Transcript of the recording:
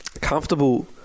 comfortable